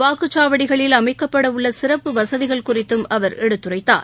வாக்குச்சாவடிகளில் அமைக்கப்படவுள்ள சிறப்பு வசதிகள் குறித்தும் அவர் எடுத்துரைத்தார்